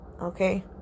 okay